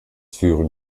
führen